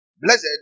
blessed